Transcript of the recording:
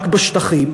רק בשטחים,